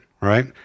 right